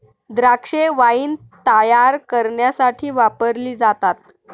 द्राक्षे वाईन तायार करण्यासाठी वापरली जातात